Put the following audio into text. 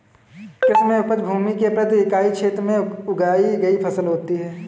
कृषि में उपज भूमि के प्रति इकाई क्षेत्र में उगाई गई फसल होती है